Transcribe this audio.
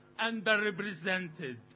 underrepresented